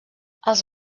els